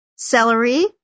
celery